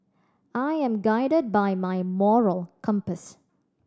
I am guided by my moral compass